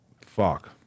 fuck